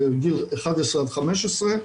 זה גיל 11 עד 15,